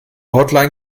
hotline